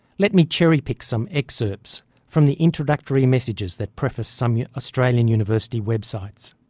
let me cherry pick some excerpts from the introductory messages that preface some yeah australian university web sites.